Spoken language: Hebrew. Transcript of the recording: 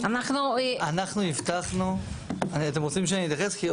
אתם רוצים שאני אתייחס?